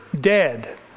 dead